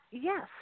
Yes